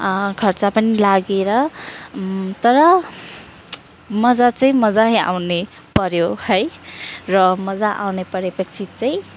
खर्च पनि लागेर तर मजा चाहिँ मजै आउने पऱ्यो है र मजा आउने परेपछि चाहिँ